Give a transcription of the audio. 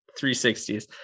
360s